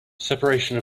separation